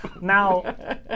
Now